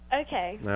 Okay